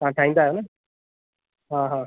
तव्हां ठाहींदा आहियो न हा हा